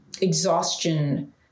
exhaustion